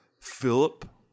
Philip